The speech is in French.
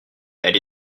elles